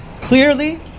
clearly